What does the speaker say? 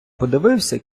подивився